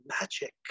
magic